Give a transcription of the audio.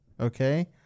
Okay